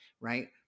right